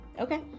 Okay